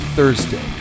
Thursday